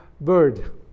bird